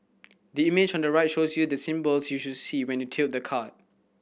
the image on the right shows you the symbols you should see when you tilt the card